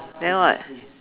then what